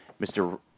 Mr